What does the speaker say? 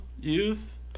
youth